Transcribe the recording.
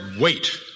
wait